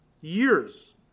Years